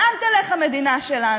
לאן תלך המדינה שלנו?